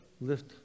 lift